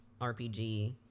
RPG